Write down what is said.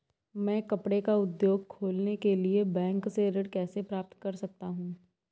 मैं कपड़े का उद्योग खोलने के लिए बैंक से ऋण कैसे प्राप्त कर सकता हूँ?